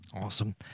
Awesome